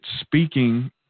speaking